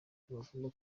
ntibagomba